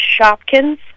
Shopkins